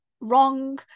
wrong